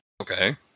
Okay